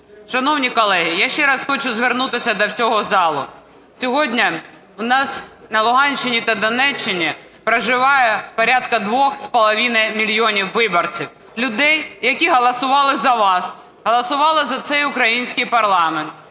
Шановні колеги, я ще раз хочу звернутися до всього залу. Сьогодні в нас на Луганщині та Донеччині проживає порядка двох з половиною мільйонів виборців – людей, які голосували за вас, голосували за цей український парламент,